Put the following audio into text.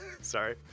Sorry